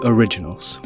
Originals